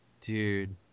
Dude